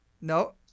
No